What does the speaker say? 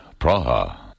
Praha